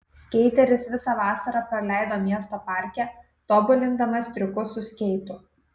skeiteris visą vasarą praleido miesto parke tobulindamas triukus su skeitu